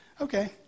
Okay